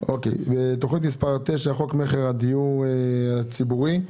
תכנית מספר 9, חוק מכר הדיור הציבורי.